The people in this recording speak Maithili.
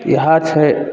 इएह छै